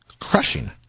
crushing